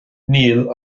níl